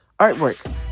Artwork